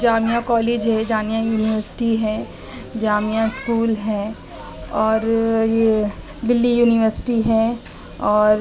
جامعہ college ہے Jamia university ہے Jamia school ہے اور یہ دلّی یونیورسٹی ہے اور